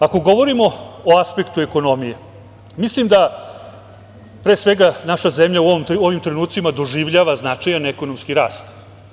Ako govorimo o aspektu ekonomije, mislim da pre svega naša zemlja u ovim trenucima doživljava značajan ekonomski rast.